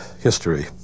history